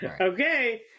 Okay